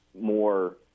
more